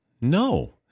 no